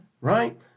Right